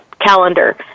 calendar